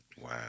Wow